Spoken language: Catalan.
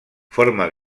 forma